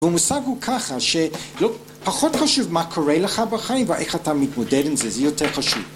המושג הוא ככה, שפחות חשוב מה קורה לך בחיים ואיך אתה מתמודד עם זה, זה יותר חשוב.